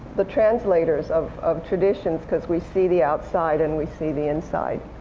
the translators of of traditions. because we see the outside, and we see the inside.